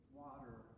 water